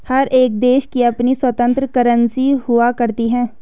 हर एक देश की अपनी स्वतन्त्र करेंसी हुआ करती है